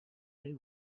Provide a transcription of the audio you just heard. day